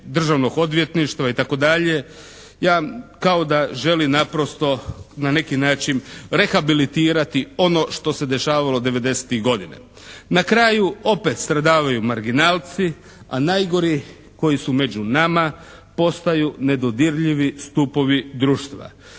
državnog odvjetništva itd. ja kao da želi naprosto na neki način rehabilitirati ono što se dešavalo devedesetih godina. Na kraju opet stradavaju marginalci, a najgori koji su među nama postaju nedodirljivi stupovi društva.